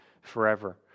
forever